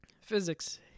physics